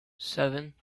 seven